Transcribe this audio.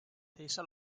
teise